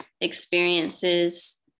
experiences